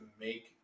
make